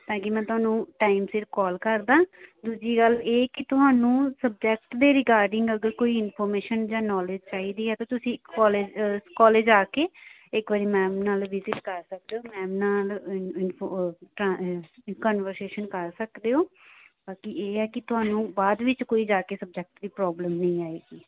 ਤਾਂ ਕਿ ਮੈਂ ਤੁਹਾਨੂੰ ਟਾਈਮ ਸਿਰ ਕੌਲ ਕਰਦਾਂ ਦੂਜੀ ਗੱਲ ਇਹ ਕਿ ਤੁਹਾਨੂੰ ਸਬਜੈਕਟ ਦੇ ਰਿਗਾਰਡਿੰਗ ਅਗਰ ਕੋਈ ਇਨਫੋਰਮੇਸ਼ਨ ਜਾਂ ਨੌਲੇਜ ਚਾਹੀਦੀ ਹੈ ਤਾਂ ਤੁਸੀਂ ਕੋਲੇਜ ਕੋਲੇਜ ਆ ਕੇ ਇੱਕ ਵਾਰੀ ਮੈਮ ਨਾਲ ਵਿਜਿਟ ਕਰ ਸਕਦੇ ਹੋ ਮੈਮ ਨਾਲ ਇਨ ਇਨਫੋ ਟ੍ਰਾਂ ਕਨਵਰਸੇਸ਼ਨ ਕਰ ਸਕਦੇ ਹੋ ਬਾਕੀ ਇਹ ਹੈ ਕਿ ਤੁਹਾਨੂੰ ਬਾਅਦ ਵਿੱਚ ਕੋਈ ਜਾ ਕੇ ਸਬਜੈਕਟ ਦੀ ਪ੍ਰੋਬਲਮ ਨਹੀਂ ਆਏਗੀ